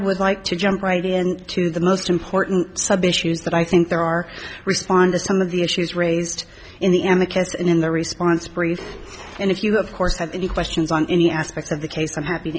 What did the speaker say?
would like to jump right in to the most important issues that i think there are respond to some of the issues raised in the end the case in the response brief and if you of course have any questions on any aspect of the case i'm happy